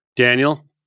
Daniel